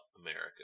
America